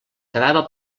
quedava